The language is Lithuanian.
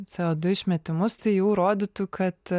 co du išmetimus tai jau rodytų kad